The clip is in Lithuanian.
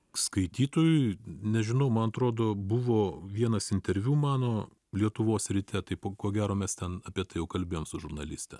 skaitytojui nežinau man atrodo buvo vienas interviu mano lietuvos ryte tai ko gero mes ten apie tai jau kalbėjom su žurnalistė